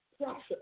process